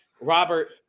Robert